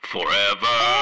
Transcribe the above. forever